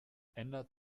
ändert